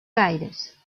gaires